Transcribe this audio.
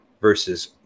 versus